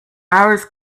hours